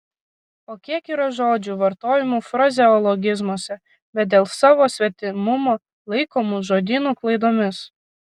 o kiek yra žodžių vartojamų frazeologizmuose bet dėl savo svetimumo laikomų žodyno klaidomis